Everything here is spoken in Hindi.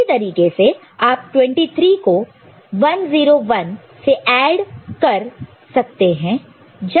इसी तरीके से आप 23 को 101 से ऐड कर सकते हैं